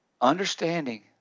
understanding